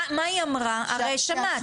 מה היא אמרה, הרי שמעת.